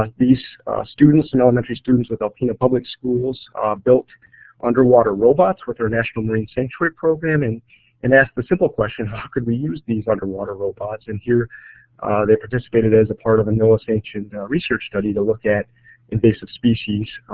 like these students and elementary students with alpena public schools built underwater robots with our national marine sanctuary program and and asked a simple question of how could we use these underwater robots? and here they participated as a part of a noaa sanctioned research study to look at invasive species,